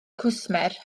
cwsmer